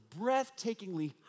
breathtakingly